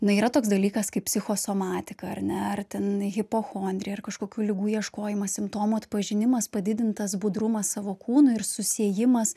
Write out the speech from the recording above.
na yra toks dalykas kaip psichosomatika ar ne ar ten hipochondrija ar kažkokių ligų ieškojimas simptomų atpažinimas padidintas budrumas savo kūnu ir susiejimas